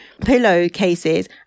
pillowcases